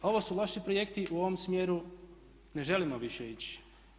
Ovo su loši projekti, u ovom smjeru ne želimo više ići.